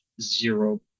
zero